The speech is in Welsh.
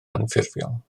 anffurfiol